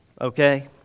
okay